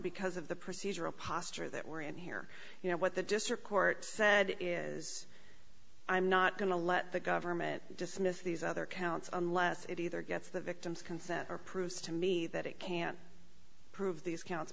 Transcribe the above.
because of the procedural posture that we're in here you know what the district court said is i'm not going to let the government dismiss these other counts unless it either gets the victim's consent or proves to me that it can't prove these counts